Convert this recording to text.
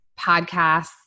podcasts